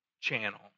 channel